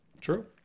True